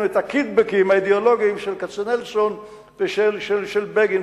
את הקיטבג עם האידיאולוגיה של כצנלסון ושל בגין,